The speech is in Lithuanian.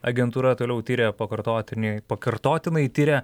agentūra toliau tiria pakartotinį pakartotinai tiria